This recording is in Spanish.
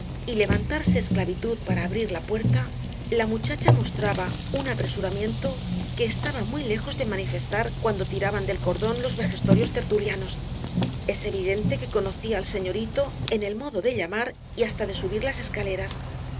y levantarse esclavitud para abrir la puerta la muchacha mostraba un apresuramiento que estaba muy lejos de manifestar cuando tiraban del cordón los vejestorios tertulianos es evidente que conocía al señorito en el modo de llamar y hasta de subir las escaleras